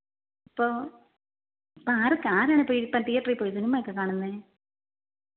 ഇപ്പോൾ ആരു കാണുന്നു ഇപ്പം തിയേറ്ററിൽപ്പോയി സിനിമയൊക്കെ കാണുന്നത്